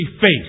face